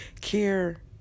care